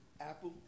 Apple